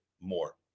more